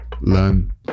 Learn